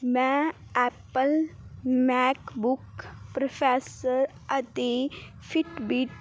ਮੈਂ Apple MacBook professor ਅਤੇ Fitbit